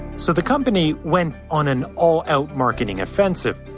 so the company went on an all-out marketing offensive,